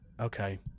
okay